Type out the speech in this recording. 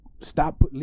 stop